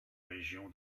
région